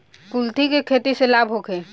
कुलथी के खेती से लाभ होखे?